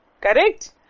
correct